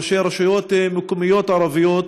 ראשי רשויות מקומיות ערביות.